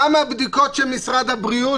גם הבדיקות של משרד הבריאות,